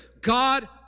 God